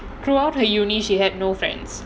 throughout her university she had no friends